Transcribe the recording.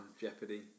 jeopardy